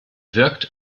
wirkt